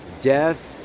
death